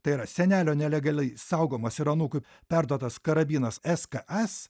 tai yra senelio nelegaliai saugomas ir anūkui perduotas karabinas s k s